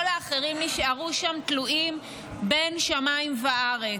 האחרים נשארו שם תלויים בין שמים וארץ.